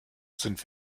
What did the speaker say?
sind